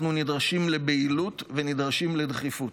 אנחנו נדרשים לבהילות ונדרשים לדחיפות.